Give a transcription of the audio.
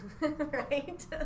Right